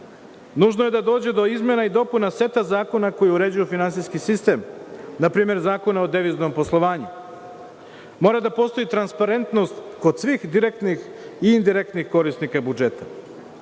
je da dođe do izmena i dopuna seta zakona koji uređuju finansijski sistem npr. Zakona o deviznom poslovanju. Mora da postoji transparentnost kod svih direktnih i indirektnih korisnika